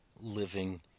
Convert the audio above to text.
living